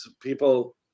people